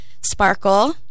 sparkle